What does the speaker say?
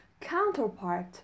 Counterpart